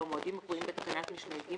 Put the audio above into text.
במועדים הקבועים בתקנת משנה ג,